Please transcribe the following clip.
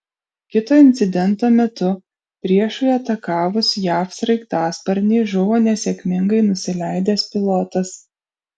kito incidento metu priešui atakavus jav sraigtasparnį žuvo nesėkmingai nusileidęs pilotas